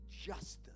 justice